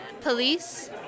police